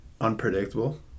Unpredictable